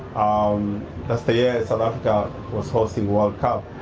um that's the year south africa was hosting world cup.